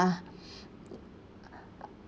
ah